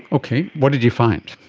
okay, what did you find